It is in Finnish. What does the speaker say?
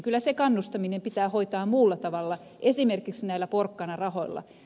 kyllä se kannustaminen pitää hoitaa muulla tavalla esimerkiksi näillä porkkanarahoilla